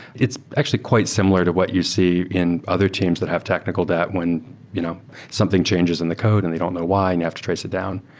it's actually quite similar to what you see in other teams that have technical debt when you know something changes in the code and they don't know why and you have to trace it down.